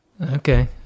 Okay